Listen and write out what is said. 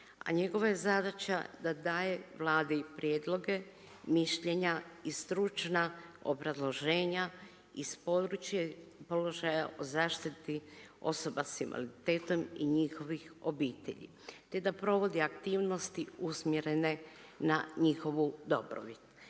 a njegova je zadaća da daje Vladi prijedloge, mišljenja i stručna obrazloženja iz područja položaja o zaštiti osoba s invaliditetom i njihovih obitelji te da provodi aktivnosti usmjerene na njihovu dobrobit.